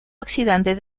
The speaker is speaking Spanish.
oxidante